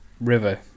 River